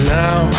now